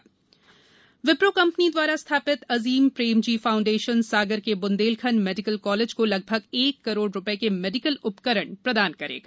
विप्रो दान विप्रो कम्पनी द्वारा स्थापित अजीम प्रेमजी फाऊंडेशन सागर के ब्न्देलखण्ड मेडिकल कालेज को लगभग एक करोड़ रुपए के मेडिकल उपकरण प्रदान करेगा